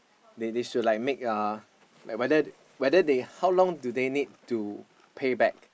they they should like make uh like whether whether they how long do they need to pay back